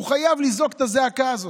הוא חייב לזעוק את הזעקה הזאת.